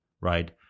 right